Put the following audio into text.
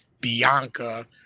Bianca